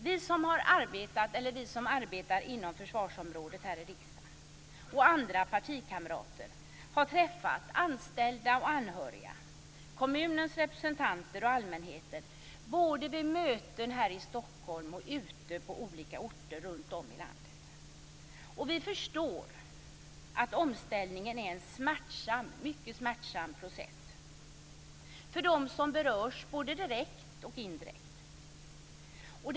Vi som har arbetat eller som arbetar inom försvarsområdet här i riksdagen och andra partikamrater har träffat anställda och anhöriga, kommunernas representanter och allmänheten, både vid möten här i Stockholm och i olika orter runt om i landet. Vi förstår att omställningen är en mycket smärtsam process för dem som berörs, både direkt och indirekt.